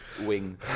wing